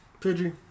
Pidgey